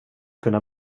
kunna